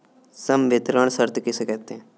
संवितरण शर्त किसे कहते हैं?